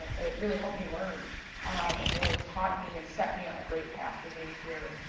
it really helped me learn and really taught me and set me on a great path for being here.